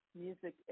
music